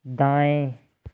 दाएँ